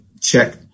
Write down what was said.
check